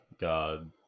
god